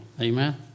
amen